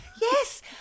Yes